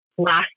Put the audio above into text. last